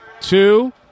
two